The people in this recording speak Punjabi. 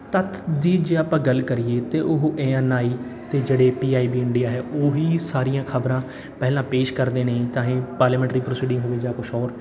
ਤੱਥ ਦੀ ਜੇ ਆਪਾਂ ਗੱਲ ਕਰੀਏ ਤਾਂ ਉਹ ਏ ਐਨ ਆਈ ਅਤੇ ਜਿਹੜੇ ਪੀ ਆਈ ਬੀ ਇੰਡੀਆ ਹੈ ਉਹੀ ਸਾਰੀਆਂ ਖ਼ਬਰਾਂ ਪਹਿਲਾਂ ਪੇਸ਼ ਕਰਦੇ ਨੇ ਚਾਹੇ ਪਾਰਲੇਮੈਂਟ ਦੀ ਪ੍ਰੋਸੀਡਿੰਗ ਹੋਵੇ ਜਾਂ ਕੁਛ ਹੋਰ